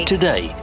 Today